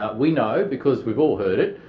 ah we know because we've all heard it,